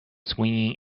swinging